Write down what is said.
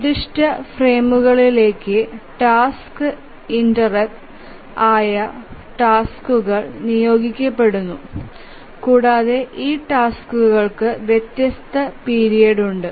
നിർദ്ദിഷ്ട ഫ്രെയിമുകളിലേക്ക് task instance ആയ ടാസ്കുകൾ നിയോഗിക്കപ്പെടുന്നു കൂടാതെ ഈ ടാസ്ക്കുകൾക്ക് വ്യത്യസ്ത പീരിയഡ് ഉണ്ട്